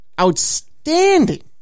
outstanding